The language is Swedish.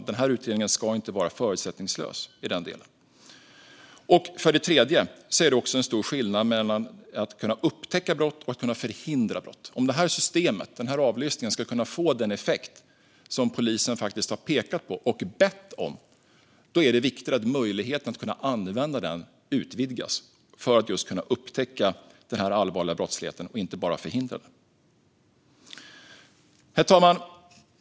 Den här utredningen ska inte vara förutsättningslös i den delen. Det är också stor skillnad mellan att kunna upptäcka brott och förhindra brott. Om det här systemet, den här avlyssningen, ska kunna få den effekt som polisen har pekat på och bett om är det viktigt att möjligheten att använda den utvidgas för att det ska gå att just upptäcka den allvarliga brottsligheten, inte bara förhindra den. Herr talman!